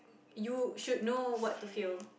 you should know what to feel